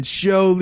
show